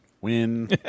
Win